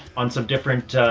on some different, ah,